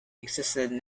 existed